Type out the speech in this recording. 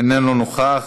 איננו נוכח,